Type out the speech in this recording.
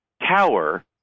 tower